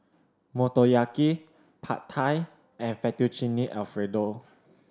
Motoyaki Pad Thai and Fettuccine Alfredo